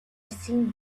thin